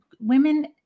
women